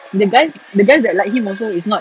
the guys the guys that like him also is not